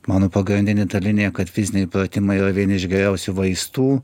mano pagrindinė dalinė kad fiziniai pratimai yra vieni iš geriausių vaistų